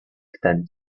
ten